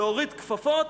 להוריד כפפות,